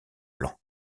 plan